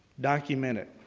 document it.